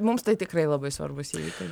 mums tai tikrai labai svarbūs įvykiai